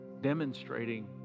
demonstrating